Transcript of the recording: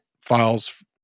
files